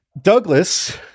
Douglas